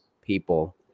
people